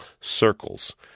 circles